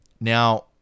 Now